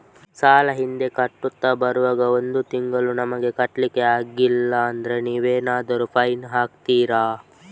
ಸಾಲ ಹಿಂದೆ ಕಟ್ಟುತ್ತಾ ಬರುವಾಗ ಒಂದು ತಿಂಗಳು ನಮಗೆ ಕಟ್ಲಿಕ್ಕೆ ಅಗ್ಲಿಲ್ಲಾದ್ರೆ ನೀವೇನಾದರೂ ಫೈನ್ ಹಾಕ್ತೀರಾ?